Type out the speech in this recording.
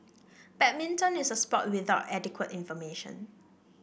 badminton is a sport without adequate information